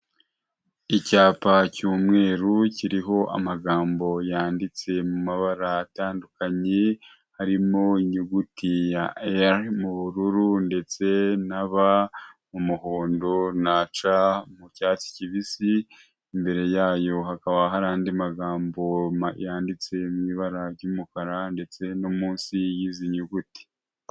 Icyapa cy'umweru kiriho amagambo yanditse mu mabara atandukanye, harimo inyuguti ya el m’ ubururu, ndetse n’ b ndetse umuhondo n’ c mu cyatsi kibisi, imbere yayo hakaba hari andi magambo yanditse mu ibara ry'umukara ndetse no munsi y' izi nyuguti.